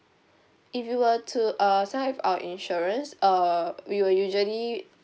if you were to uh sign up with our insurance uh we will usually